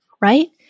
right